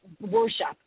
worship